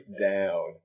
down